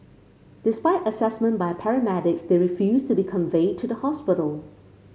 despite assessment by paramedics they refused to be conveyed to the hospital